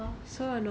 ya